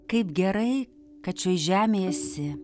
kaip gerai kad šioj žemėj esi